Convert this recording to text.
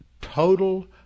total